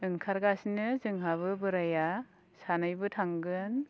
ओंखारगासिनो जोंहाबो बोराया सानैबो थांगोन